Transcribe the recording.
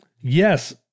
yes